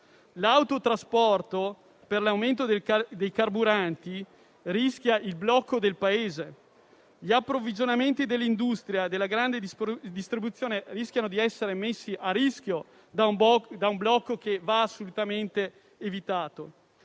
nell'autotrasporto, per l'aumento dei carburanti, si rischia il blocco del Paese. Gli approvvigionamenti dell'industria e della grande di distribuzione rischiano di essere messi a rischio da un blocco che va assolutamente evitato.